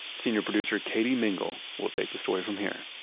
senior producer, katie mingle, will take the story from here